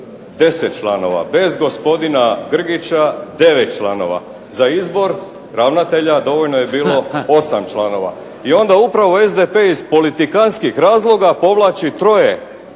10 članova, bez gospodina Grgića 9 članova. Za izbor ravnatelja dovoljno je bilo 8 članova i onda upravo SDP iz politikanskih razloga povlači troje